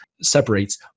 Separates